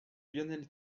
lionel